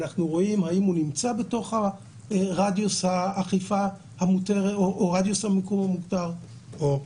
אנחנו רואים האם הוא נמצא בתוך רדיוס המיקום המותר או לא.